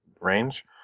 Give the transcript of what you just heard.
range